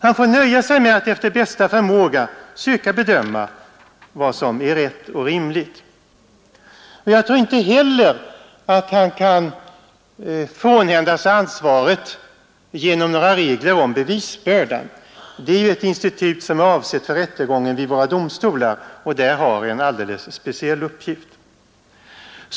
Han får nöja sig med att efter bästa förmåga söka bedöma vad som är rätt och rimligt. Men jag tror inte heller att han kan frånhända sig ansvaret genom några regler om bevisbördan — det är ju ett institut som är avsett för rättegången vid våra domstolar och där har en alldeles speciell uppgift.